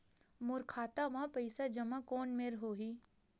मोर खाता मा पईसा जमा कोन मेर होही?